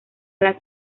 las